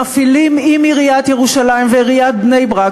מפעילים עם עיריית ירושלים ועיריית בני-ברק